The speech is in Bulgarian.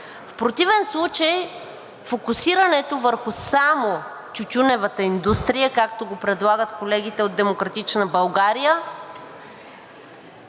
В противен случай фокусирането само върху тютюневата индустрия, както го предлагат колегите от „Демократична България“,